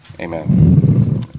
Amen